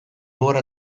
gora